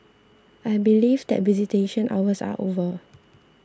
I believe that visitation hours are over